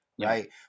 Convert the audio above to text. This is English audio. right